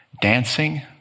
dancing